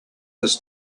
this